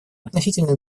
относительно